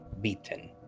beaten